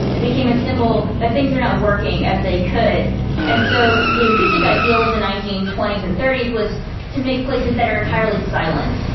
it became a symbol that things are not working as they could and so the acoustic ideal of the nineteen twenty s and thirty s was to make places that are entirely silent